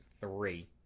Three